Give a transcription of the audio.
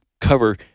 cover